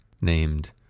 Named